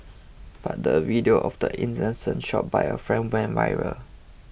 but a video of the incident shot by a friend went viral